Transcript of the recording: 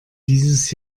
dieses